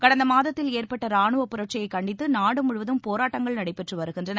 கடந்த மாதத்தில் ஏற்பட்ட ரானுவ புரட்சியை கண்டித்து நாடு முழுவதும் போராட்டங்கள் நடைபெற்று வருகின்றன